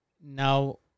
now